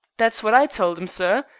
that's what i told im, sir.